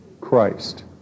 Christ